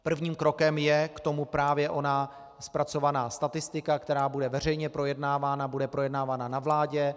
Prvním krokem k tomu je právě ona zpracovaná statistika, která bude veřejně projednávána, bude projednávána na vládě.